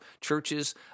churches